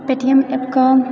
Paytm ऍपके